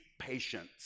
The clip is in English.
patience